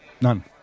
None